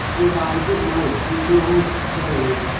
if i did my duty, i'd gaol you.